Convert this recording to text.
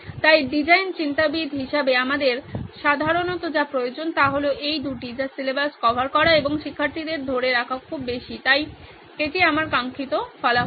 তাই ডিজাইন চিন্তাবিদ হিসাবে আমাদের সাধারণত যা প্রয়োজন তা হল এই দুটি যা সিলেবাস কভার করা এবং শিক্ষার্থীদের ধরে রাখা খুব বেশি তাই এটি আমার কাঙ্ক্ষিত ফলাফল